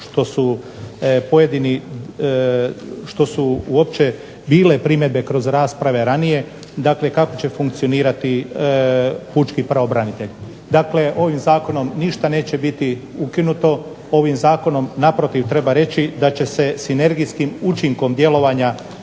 što su uopće bile primjedbe kroz rasprave ranije, dakle kako će funkcionirati pučki pravobranitelj. Dakle, ovim zakonom ništa neće biti ukinuto, ovim Zakonom naprotiv treba reći da će se sinergijskim učinkom djelovanja